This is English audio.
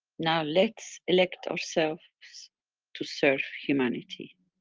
now lets elect ourselves to serve humanity.